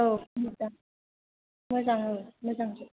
औ मोजां मोजां औ मोजांजोब